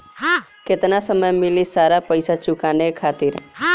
केतना समय मिली सारा पेईसा चुकाने खातिर?